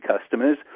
customers